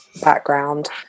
background